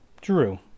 Drew